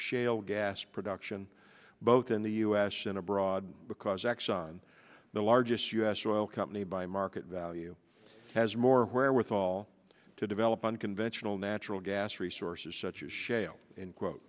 shale gas production both in the u s and abroad because exxon the largest u s oil company by market value has more wherewithal to develop unconventional natural gas resources such as shale in quote